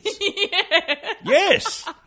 Yes